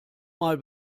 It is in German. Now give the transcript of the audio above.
mal